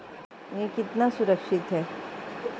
यह कितना सुरक्षित है?